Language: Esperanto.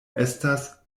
estas